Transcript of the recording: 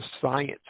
science